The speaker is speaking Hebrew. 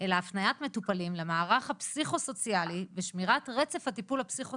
אלא הפניית מטופלים למערך הפסיכו סוציאלי ושמירת רצף הטיפול הפסיכו